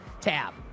tab